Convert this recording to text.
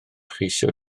cheisio